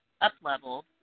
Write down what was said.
up-leveled